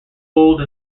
old